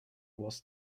was